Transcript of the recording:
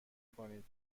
کنید